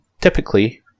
typically